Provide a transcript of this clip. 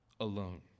alone